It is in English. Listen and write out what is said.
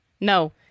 No